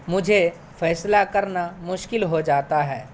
مجھے فیصلہ کرنا مشکل ہو جاتا ہے